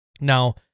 Now